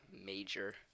major